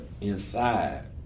inside